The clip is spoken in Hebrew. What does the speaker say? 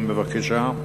בבקשה.